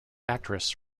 actress